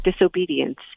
disobedience